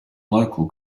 local